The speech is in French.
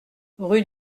rue